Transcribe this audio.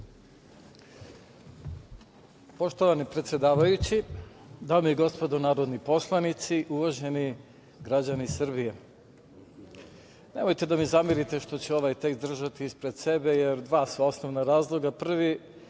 Poštovani predsedavajući, dame i gospodo narodni poslanici, uvaženi građani Srbije, nemojte da mi zamerite što ću ovaj tekst držati ispred sebe, jer dva su osnovna razloga.